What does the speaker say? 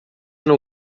não